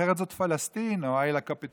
אחרת זאת פלסטין או איליה קפיטולינה,